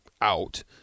out